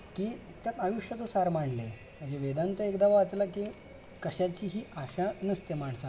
की त्यात आयुष्याचं सार मांडले आहे म्हणजे वेदांत एकदा वाचलं की कशाचीही आशा नसते माणसाला